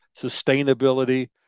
sustainability